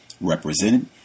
represented